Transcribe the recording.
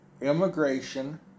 immigration